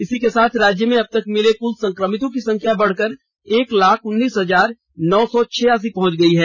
इसी के साथ राज्य में अब तक मिले कुल संक्रमितों की संख्या बढ़कर एक लाख उन्नीस हजार नौ सौ छियासी पहुंच गई है